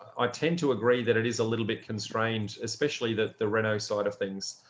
i tend to agree that it is a little bit constrained, especially the the reno side of things.